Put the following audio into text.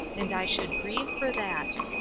and i should grieve for that.